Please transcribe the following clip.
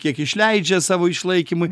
kiek išleidžia savo išlaikymui